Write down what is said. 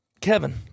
Kevin